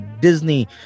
disney